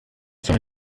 sei